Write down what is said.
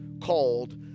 called